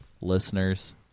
listeners